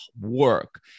work